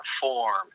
form